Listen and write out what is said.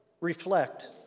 reflect